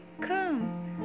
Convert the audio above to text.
come